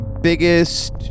biggest